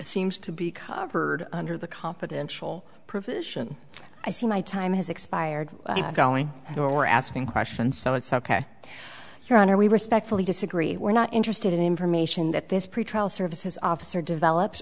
seems to be covered under the confidential provision i see my time has expired going on or asking question so it's ok your honor we respectfully disagree we're not interested in information that this pretrial services officer develop